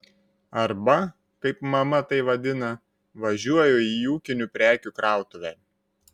arba kaip mama tai vadina važiuoju į ūkinių prekių krautuvę